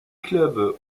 clubs